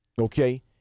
Okay